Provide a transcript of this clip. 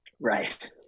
Right